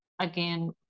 again